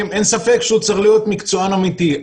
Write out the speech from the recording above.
אין ספק שהוא צריך להיות מקצוען אמיתי,